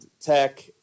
Tech